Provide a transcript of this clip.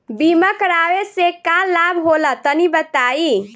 बीमा करावे से का लाभ होला तनि बताई?